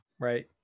Right